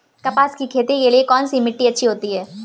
कपास की खेती के लिए कौन सी मिट्टी अच्छी होती है?